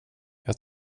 jag